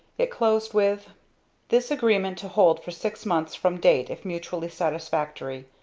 it closed with this agreement to hold for six months from date if mutually satisfactory.